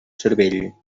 cervell